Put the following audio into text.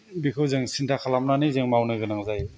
बेखौ जों सिन्ता खालामनानै जों मावनो गोनां जायो